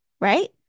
right